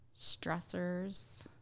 stressors